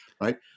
right